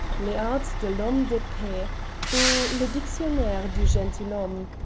les arts de l'homme d'epee ou, le dictionnaire du gentilhomme,